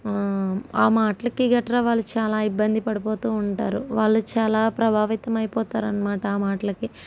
ఆ మాటలకి గట్రా వాళ్ళు చాలా ఇబ్బంది పడిపోతుంటారు వాళ్ళు చాలా ప్రభావితం అయిపోతారు అన్నమాట మాటలకి